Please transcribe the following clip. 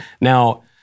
Now